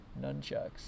nunchucks